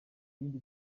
rindi